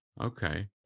okay